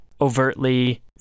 overtly